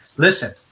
listen.